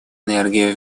энергии